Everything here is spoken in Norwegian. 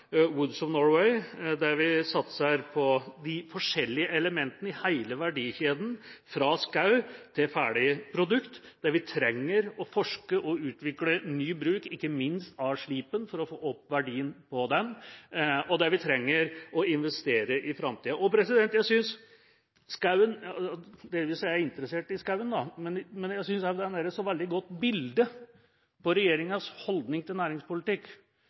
Woods of Norway, der vi satser på de forskjellige elementene i hele verdikjeden fra skog til ferdig produkt, der vi trenger å forske på og utvikle ny bruk, ikke minst av slipen, for å få opp verdien på den, og der vi trenger å investere i framtida. Jeg synes – delvis fordi jeg jo er interessert i skog – dette er et veldig godt bilde på regjeringas holdning til næringspolitikk.